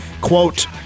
Quote